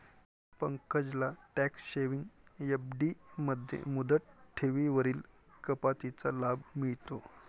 पंकजला tax saving FD मध्ये मुदत ठेवींवरील कपातीचा लाभ मिळतो